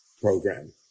program